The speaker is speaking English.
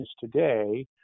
today